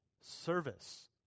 Service